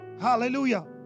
Hallelujah